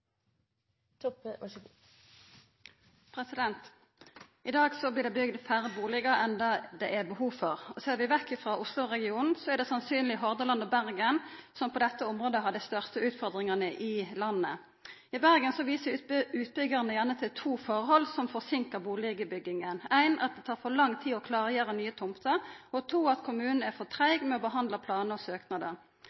kanskje vel så viktig som å oppheve innsigelsesinstituttet fullt og helt. I dag blir det bygd færre bustader enn det er behov for. Ser vi vekk ifrå Oslo-regionen, er det sannsynlegvis Hordaland og Bergen som på dette området har dei største utfordringane i landet. I Bergen viser utbyggarane gjerne til to forhold som forsinkar bustadbygginga: det tar for lang tid å klargjera nye tomter, og kommunen er